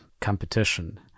competition